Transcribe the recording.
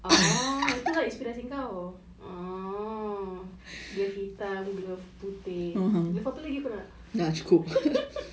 orh itu lah inspirasi kau orh dia filter tu glove putih glove apa lagi kau nak